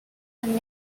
and